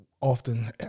often